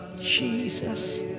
Jesus